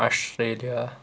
Australia